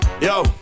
Yo